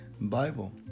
Bible